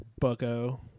bucko